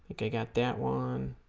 think i got that one